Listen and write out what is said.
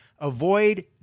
Avoid